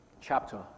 chapter